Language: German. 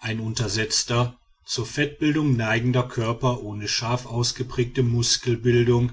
ein untersetzter zur fettbildung neigender körper ohne scharf ausgeprägte muskelbildung